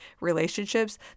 relationships